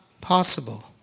possible